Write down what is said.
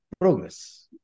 progress